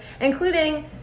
including